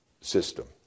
system